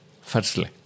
firstly